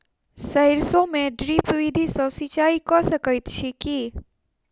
सैरसो मे ड्रिप विधि सँ सिंचाई कऽ सकैत छी की?